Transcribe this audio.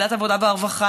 ועדת העבודה והרווחה,